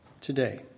today